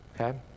okay